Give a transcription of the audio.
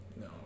No